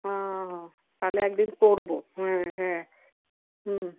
হুম তালে একদিন করবো হুম হ্যাঁ হুম